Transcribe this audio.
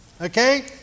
Okay